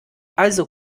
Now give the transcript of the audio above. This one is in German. also